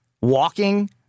walking